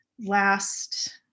last